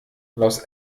los